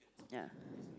ya